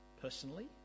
personally